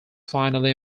finally